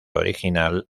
original